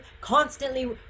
constantly